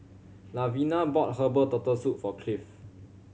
Lavina bought herbal Turtle Soup for Cliff